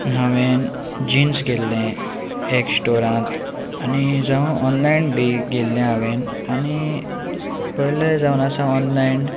हांवें जिन्स घेतलें एक स्टोरांत आनी जावन ऑनलायन बी घेतलें हांवें आनी पयलें जावन आसा ऑनलायन